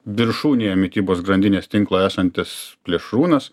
viršūnėje mitybos grandinės tinklo esantis plėšrūnas